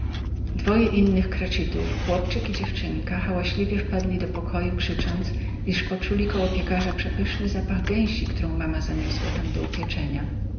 dwoje innych cratchitów chłopczyk i dziewczynka hałaśliwie wpadli do pokoju krzycząc iż poczuli koło piekarza przepyszny zapach gęsi którą mama zaniosła tam do upieczenia